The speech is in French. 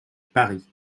paris